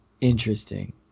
interesting